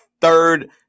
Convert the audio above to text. third